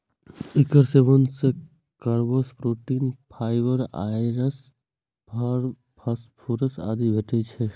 एकर सेवन सं carbs, protein, fibre, आयरस, फास्फोरस आदि भेटै छै